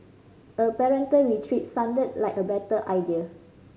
a parental retreat sounded like a better idea